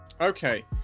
Okay